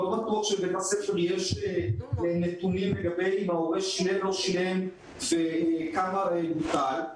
לא בטוח שלבתי-הספר יש נתונים אם ההורה שילם או לא שילם וכמה בוטל.